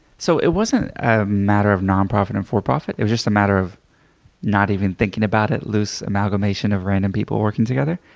so it wasn't ah matter of nonprofit and for profit. it was just a matter not even thinking about it, loose amalgamation of random people working together.